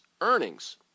earnings